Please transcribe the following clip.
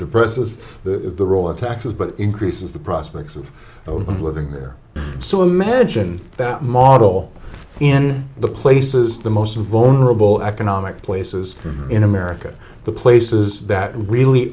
depresses the role of taxes but increases the prospects of living there so imagine that model in the places the most vulnerable economic places in america the places that really